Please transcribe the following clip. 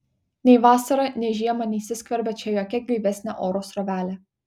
nei vasarą nei žiemą neįsiskverbia čia jokia gaivesnė oro srovelė